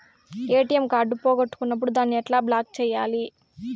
ATM card పోగొట్టుకున్నప్పుడు దాన్ని ఎట్లా బ్లాక్ సేయాలి